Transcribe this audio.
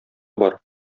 бар